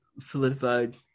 solidified